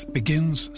begins